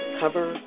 cover